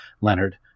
Leonard